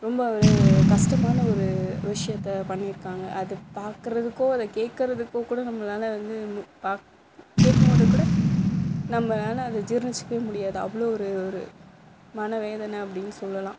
ரொம்ப ஒரு கஷ்டமான ஒரு விஷயத்த பண்ணி இருக்காங்க அதை பார்க்குறதுக்கோ இல்லை கேட்குறதுக்கோ கூட நம்மளால வந்து பாக் கேட்கும்போது கூட நம்மளால அதை ஜீரணச்சுக்கவே முடியாது அவ்வளோ ஒரு ஒரு மனவேதனை அப்படினு சொல்லலாம்